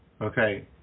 Okay